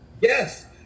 Yes